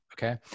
Okay